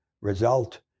result